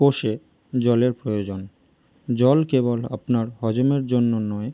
কোষে জলের প্রয়োজন জল কেবল আপনার হজমের জন্য নয়